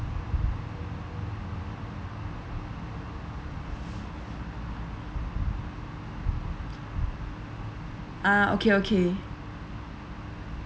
ah okay okay